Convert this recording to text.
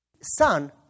Son